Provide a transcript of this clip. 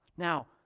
Now